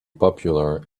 popular